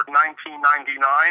1999